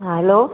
हा हल्लो